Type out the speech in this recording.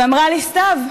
ואמרה לי: סתיו,